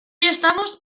estamos